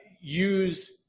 use